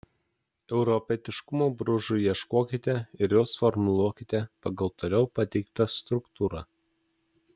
europietiškumo bruožų ieškokite ir juos formuluokite pagal toliau pateiktą struktūrą